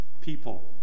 people